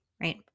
right